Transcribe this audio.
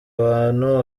abantu